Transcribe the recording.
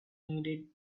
needed